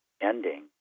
ending